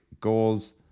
goals